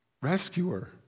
rescuer